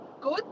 good